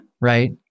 Right